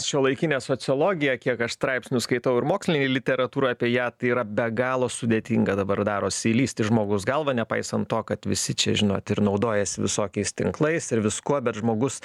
šiuolaikinė sociologija kiek aš straipsnius skaitau ir mokslinė literatūra apie ją tai yra be galo sudėtinga dabar darosi įlįst į žmogus galvą nepaisant to kad visi čia žinot ir naudojasi visokiais tinklais ir viskuo bet žmogus